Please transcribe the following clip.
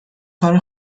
کار